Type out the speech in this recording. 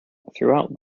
throughout